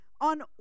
on